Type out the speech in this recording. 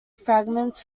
fragments